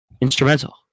instrumental